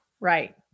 Right